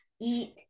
eat